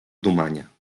dumania